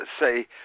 say